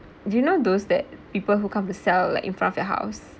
do you know those that people who come to sell like in front of your house